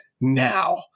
now